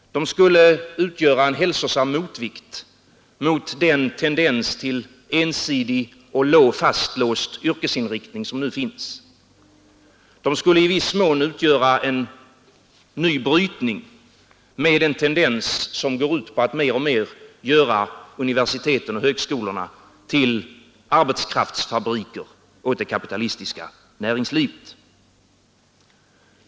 Det skulle utgöra en hälsosam motvikt mot den tendens till ensidig och fastlåst yrkesinriktning som nu finns. Det skulle i viss mån utgöra en ny brytning med den tendens som går ut på att mer och mer göra universitet och högskolor till arbetskraftsfabriker åt det kapitalistiska näringslivet.